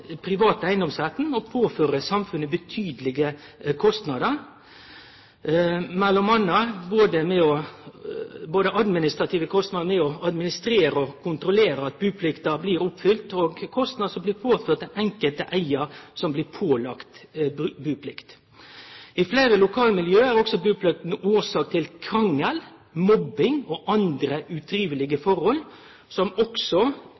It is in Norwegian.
private eigedomsretten og påfører samfunnet betydelege kostnader – både administrative kostnader med m.a. å administrere og kontrollere at buplikta blir oppfylt, og kostnader som blir påførte den enkelte eigaren som blir pålagd buplikt. I fleire lokalmiljø er buplikta årsak til krangel, mobbing og andre utrivelege forhold, som i betydeleg grad også